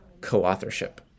co-authorship